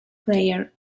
player